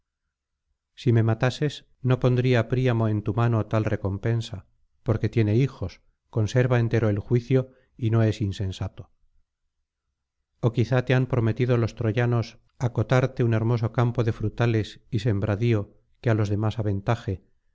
si me matases no pondría príamo en tu mano tal recompensa porque tiene hijos conserva entero el juicio y no es insensato o quizás te han prometido los troyanos acotarte un hermoso campo de frutales y sembradío que á los demás aventaje